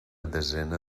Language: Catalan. desena